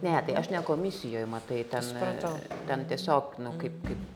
ne tai aš ne komisijoj matai ten ten tiesiog nu kaip kaip